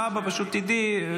להבא פשוט תדעי.